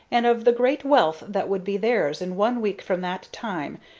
and of the great wealth that would be theirs in one week from that time,